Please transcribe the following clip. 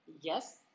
Yes